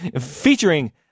featuring